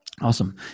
Awesome